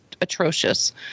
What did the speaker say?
atrocious